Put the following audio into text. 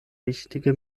wichtige